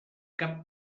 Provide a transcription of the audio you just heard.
cap